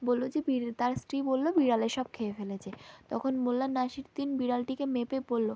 বলল যে তার স্ত্রী বলল বিড়ালে সব খেয়ে ফেলেছে তখন মোল্লা নাসিরুদ্দিন বিড়ালটিকে মেপে বলল